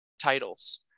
titles